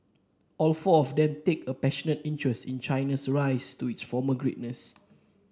all four of them take a passionate interest in China's rise to its former greatness